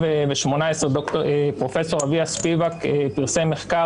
ב-2018 פרופ' אביה ספיבק פרסם מחקר